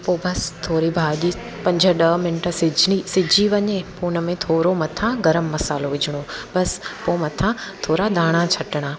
पोइ बसि थोरी भाॼी पंज ॾह मिंट सिजणी सिजी वञे पोइ उन में थोरो मथां गरमु मसाल्हो विझिणो बसि पोइ मथां थोरा धाणा छॾिणा